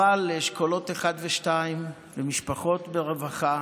אבל לאשכולות 1 ו-2 ולמשפחות ברווחה,